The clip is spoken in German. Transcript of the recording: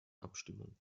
abstimmung